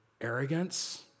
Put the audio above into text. arrogance